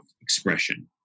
expression